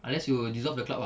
unless you dissolve the club ah